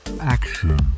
action